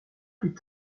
plus